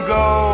go